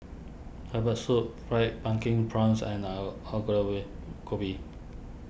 Herbal Soup Fried Pumpkin Prawns and Gobi